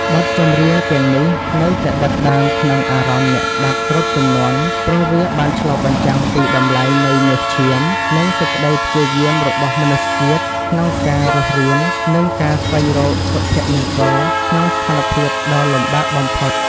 បទចម្រៀងទាំងនេះនៅតែដិតដាមក្នុងអារម្មណ៍អ្នកស្ដាប់គ្រប់ជំនាន់ ព្រោះវាបានឆ្លុះបញ្ចាំងពីតម្លៃនៃញើសឈាម និងសេចក្តីព្យាយាមរបស់មនុស្សជាតិក្នុងការរស់រាន និងការស្វែងរកសុភមង្គលក្នុងស្ថានភាពដ៏លំបាកបំផុត។